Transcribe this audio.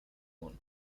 one